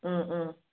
ꯎꯝ ꯎꯝ